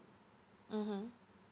mmhmm